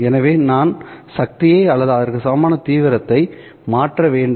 எனவே நான் சக்தியை அல்லது அதற்கு சமமான தீவிரத்தை மாற்ற வேண்டும்